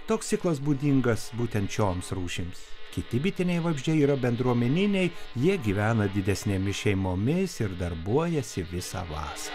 toks ciklas būdingas būtent šioms rūšims kiti bitiniai vabzdžiai yra bendruomeniniai jie gyvena didesnėmis šeimomis ir darbuojasi visą vasarą